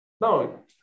No